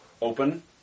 Open